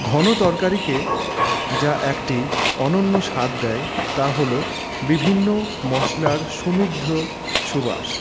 ঘন তরকারিকে যা একটি অনন্য স্বাদ দেয় তা হল বিভিন্ন মশলার সুমিদ্র সুবাস